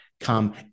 come